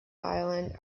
island